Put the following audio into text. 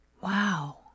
wow